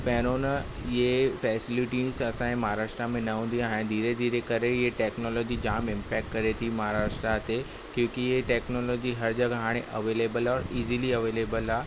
पहिरों न इहे फैसिलिटीस असांजे महाराष्ट्र में न हूंदी हाणे धीरे धीरे करे इहा टेकनोलॉजी जाम इम्पैक्ट करे थी महाराष्ट्र ते क्यूकि इहा टेकनोलॉजी हर जॻह हाणे अवेलेबल आहे इज़िली अवेलेबल आहे